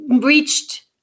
reached